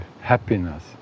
happiness